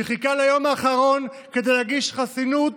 שחיכה ליום האחרון כדי להגיש חסינות